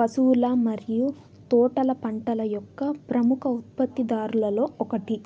పశువుల మరియు తోటల పంటల యొక్క ప్రముఖ ఉత్పత్తిదారులలో ఒకటి